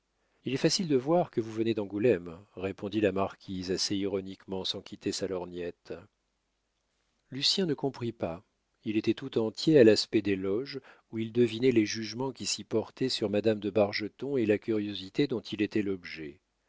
il est facile de voir que vous venez d'angoulême répondit la marquise assez ironiquement sans quitter sa lorgnette lucien ne comprit pas il était tout entier à l'aspect des loges où il devinait les jugements qui s'y portaient sur madame de bargeton et la curiosité dont il était l'objet